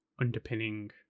underpinning